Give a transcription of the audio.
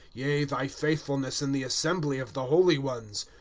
yea, thy fiiithfiilneas in the assembly of the holy ones.